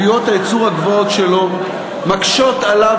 עלויות הייצור הגבוהות שלו מקשות עליו